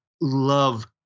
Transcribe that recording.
love